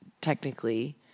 technically